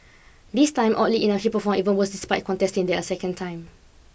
this time oddly enough she performed even worse despite contesting there a second time